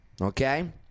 Okay